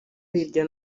hirya